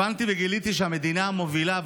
הבנתי וגיליתי שהמדינה המובילה,